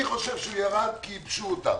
אני חושב שירד כי ייבשו אותם.